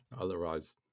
otherwise